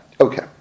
Okay